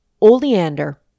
Oleander